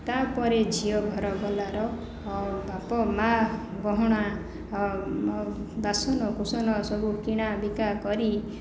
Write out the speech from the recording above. ତାପରେ ଝିଅ ଘର ବାଲାର ବାପ ମା ଗହଣା ବାସନ କୁସନ ସବୁ କିଣା ବିକା କରି